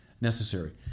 necessary